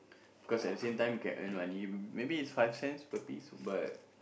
cause at the same can earn money maybe it's five cents per piece but